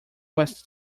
was